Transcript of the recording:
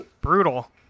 Brutal